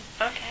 Okay